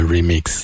Remix